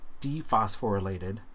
dephosphorylated